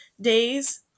days